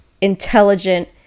intelligent